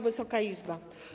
Wysoka Izbo!